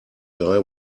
guy